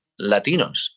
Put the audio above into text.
Latinos